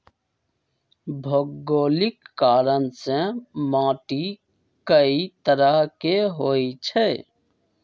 भोगोलिक कारण से माटी कए तरह के होई छई